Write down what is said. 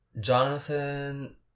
Jonathan